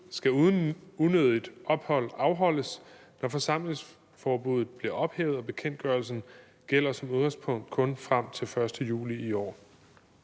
skal uden unødigt ophold afholdes, når forsamlingsforbuddet bliver ophævet, og bekendtgørelsen gælder som udgangspunkt kun frem til 1. juli i år.